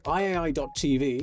iai.tv